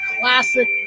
classic